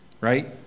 Right